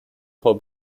toll